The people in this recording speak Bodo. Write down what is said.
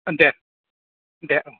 दे दे औ